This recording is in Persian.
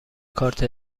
کارت